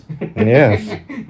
Yes